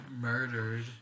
Murdered